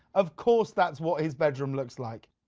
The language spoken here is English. of course that's what his bedroom looks like.